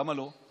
למה לא?